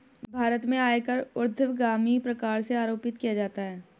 भारत में आयकर ऊर्ध्वगामी प्रकार से आरोपित किया जाता है